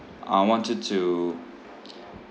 I wanted to